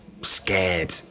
scared